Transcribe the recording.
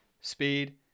speed